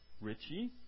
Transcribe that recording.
Richie